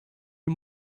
you